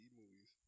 movies